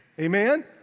Amen